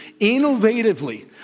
innovatively